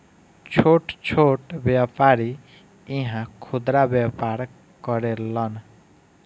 छोट छोट व्यापारी इहा खुदरा व्यापार करेलन